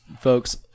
folks